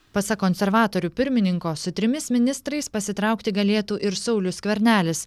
pasak konservatorių pirmininko su trimis ministrais pasitraukti galėtų ir saulius skvernelis